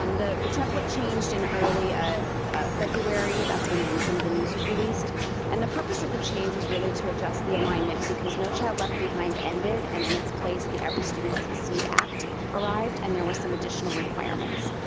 um the the template changed in early ah ah february. that's when um some of the news was released and the purpose of the change was really to adjust the alignment because no child left behind ended and in its place the every student succeed act arrived and there were some additional requirements.